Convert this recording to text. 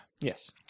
Yes